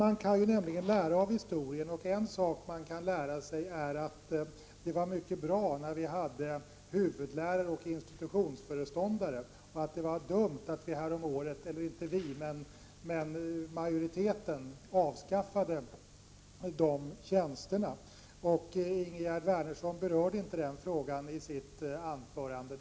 En sak som man kan lära av historien är att det var mycket bra när vi hade huvudlärare och institutionsföreståndare och att det var dumt att riksdagsmajoriteten häromåret avskaffade de tjänsterna. Ingegerd Wärnersson berörde inte den frågan i sitt anförande.